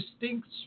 distinct